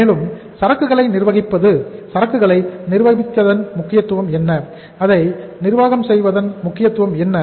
மேலும் சரக்குகளை எவ்வாறு நிர்வகிப்பது சரக்குகளை நிர்வகிப்பதன் முக்கியத்துவம் என்ன